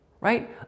Right